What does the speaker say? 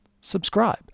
subscribe